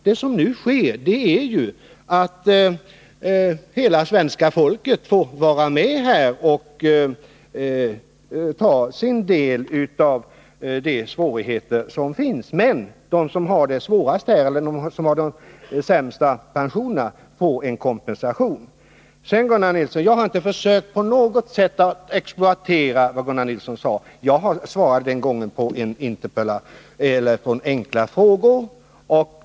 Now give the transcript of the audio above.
Det som nu sker är att hela svenska folket måste ta sin del av svårigheterna, men de som har de lägsta pensionerna får en kompensation. Sedan har jag inte på något sätt försökt att exploatera vad Gunnar Nilsson sade; jag svarade vid det tilfälle det gäller på enkla frågor.